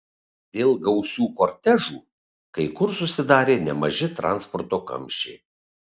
dėl gausių kortežų kai kur susidarė nemaži transporto kamščiai